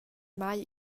mai